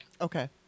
Okay